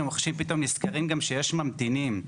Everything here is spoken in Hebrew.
המוחלשים פתאום נזכרים גם שיש ממתינים,